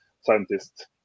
scientist